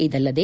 ಇದಲ್ಲದೆ